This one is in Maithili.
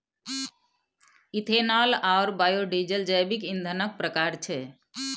इथेनॉल आओर बायोडीजल जैविक ईंधनक प्रकार छै